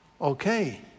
okay